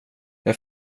jag